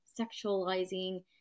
sexualizing